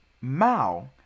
Mao